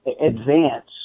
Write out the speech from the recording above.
advance